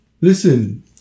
listen